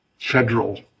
federal